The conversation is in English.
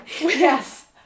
yes